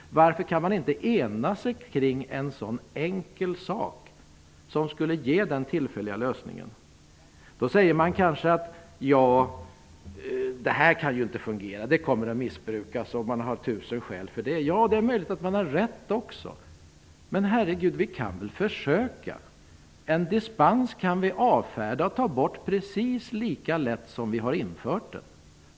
Varför går det inte att enas kring en så enkel sak som skulle ge den tillfälliga lösningen? Man säger kanske: Det här kommer inte att fungera. Det finns tusen skäl att tro att det kommer att missbrukas. Det är möjligt att ni har rätt. Men herre gud, ni kan väl försöka! Dispensen kan tas bort. Det är precis lika lätt som det var att införa den.